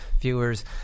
viewers